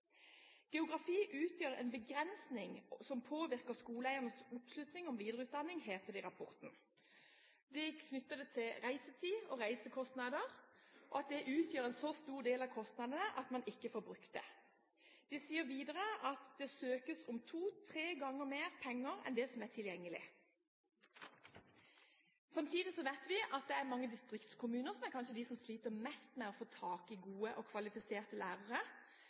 utgjør en begrensning som påvirker skoleeiernes oppslutning om videreutdanning», heter det i rapporten. De knytter det til reisetid og reisekostnader – at dette utgjør en så stor del av kostnadene at man ikke får brukt det. De sier videre at det «søkes om to–tre ganger mer penger enn det som er tilgjengelig». Samtidig vet vi at mange distriktskommuner kanskje er dem som sliter mest med å få tak i gode og kvalifiserte lærere.